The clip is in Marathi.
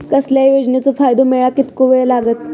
कसल्याय योजनेचो फायदो मेळाक कितको वेळ लागत?